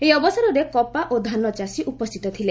ଏହି ଅବସରେ କପା ଓ ଧାନ ଚାଷୀ ଉପସ୍ଥିତ ଥିଲେ